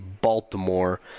Baltimore